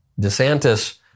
DeSantis